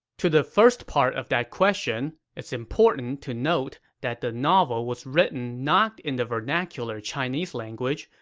to the first part of that question, it's important to note that the novel was written not in the vernacular chinese language,